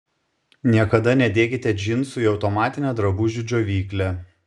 niekada nedėkite džinsų į automatinę drabužių džiovyklę